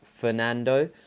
Fernando